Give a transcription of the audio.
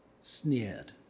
sneered